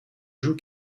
joue